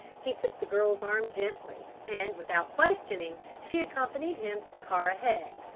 he took the girl's arm gently, and without questioning she accompanied him to the car ahead,